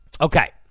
okay